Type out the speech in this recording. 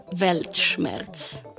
Weltschmerz